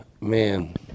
man